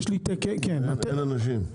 ואין אנשים.